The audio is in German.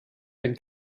den